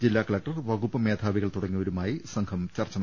ജില്ലാകലക്ടർ വകുപ്പ് മേധാവികൾ തുടങ്ങിയവരുമായി സംഘം ചർച്ച നടത്തി